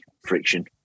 friction